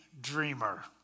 dreamer